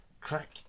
crack